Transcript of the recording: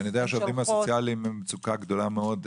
אני יודע שהעובדים הסוציאליים במצוקה גדולה מאוד,